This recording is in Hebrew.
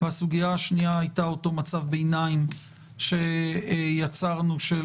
והסוגיה השנייה הייתה אותו מצב ביניים שיצרנו של